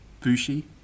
Bushi